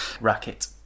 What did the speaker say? racket